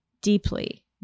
deeply